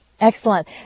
Excellent